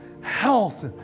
health